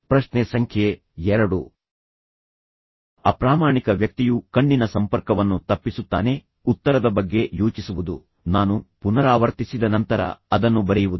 ಪ್ರಶ್ನೆ ಸಂಖ್ಯೆ ಎರಡು ಅಪ್ರಾಮಾಣಿಕ ವ್ಯಕ್ತಿಯು ಕಣ್ಣಿನ ಸಂಪರ್ಕವನ್ನು ತಪ್ಪಿಸುತ್ತಾನೆ ಉತ್ತರದ ಬಗ್ಗೆ ಯೋಚಿಸುವುದು ನಾನು ಪುನರಾವರ್ತಿಸಿದ ನಂತರ ಅದನ್ನು ಬರೆಯುವುದು